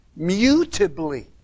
mutably